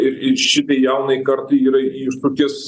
ir ir šitai jaunajai kartai yra iššūkis